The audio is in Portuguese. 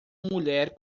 mulher